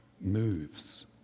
moves